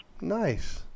Nice